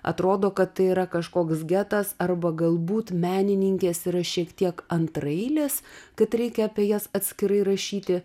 atrodo kad tai yra kažkoks getas arba galbūt menininkės yra šiek tiek antraeilės kad reikia apie jas atskirai rašyti